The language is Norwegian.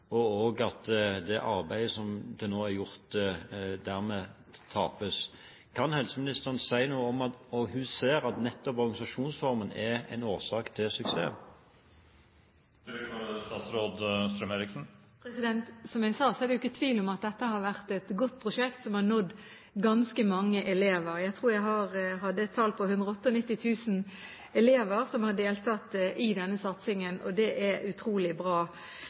og at det arbeidet som til nå er gjort, dermed tapes. Kan helseministeren si noe om om hun ser at nettopp organisasjonsformen er en årsak til suksess? Som jeg sa, er det ikke tvil om at dette har vært et godt prosjekt som har nådd ganske mange elever. Jeg tror jeg hadde et tall på 198 000 elever som har deltatt i denne satsingen, og det er utrolig bra.